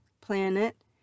planet